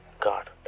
God